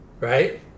right